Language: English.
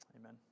Amen